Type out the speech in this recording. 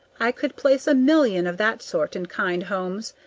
i could place a million of that sort in kind homes,